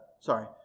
sorry